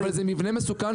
אבל זה מבנה מסוכן.